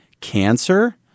cancer